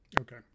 Okay